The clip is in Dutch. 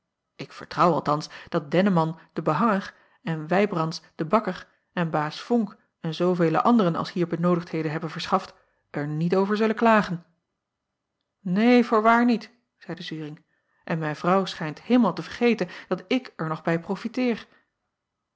k vertrouw althans dat enneman de behanger en ijbrands de bakker en baas onk en zoovele anderen als hier benoodigdheden hebben verschaft er niet over zullen klagen een voorwaar niet zeide uring en mijn vrouw acob van ennep laasje evenster delen schijnt heelemaal te vergeten dat ik er nog bij profiteer